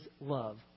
love